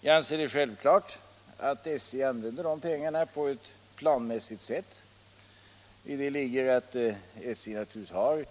Jag anser det självklart att SJ använder de pengarna på ett planmässigt sätt. Däri ligger att SJ naturligtvis har